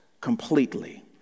completely